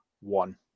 one